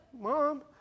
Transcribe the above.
Mom